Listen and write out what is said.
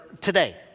today